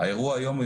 האירוע היום,